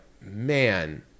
man